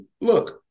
look